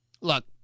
Look